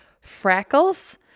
freckles